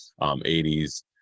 80s